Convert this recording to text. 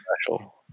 special